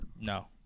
No